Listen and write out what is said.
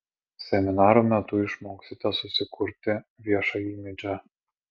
seminarų metu išmoksite susikurti viešą imidžą